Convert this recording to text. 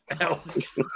else